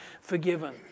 forgiven